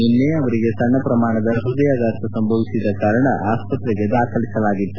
ನಿನ್ನೆ ಅವರಿಗೆ ಸಣ್ಣ ಪ್ರಮಾಣದ ಹ್ವದಯಾಘಾತ ಸಂಭವಿಸಿದ ಕಾರಣ ಆಸ್ಸತ್ರೆಗೆ ದಾಖಲಿಸಲಾಗಿತ್ತು